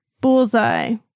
Bullseye